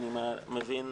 אני מבין,